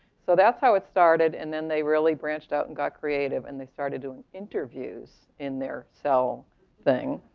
so that's how it started, and then they really branched out and got creative. and they started doing interviews in their cell thing,